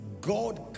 god